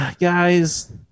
guys